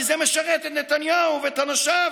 כי זה משרת את נתניהו ואת אנשיו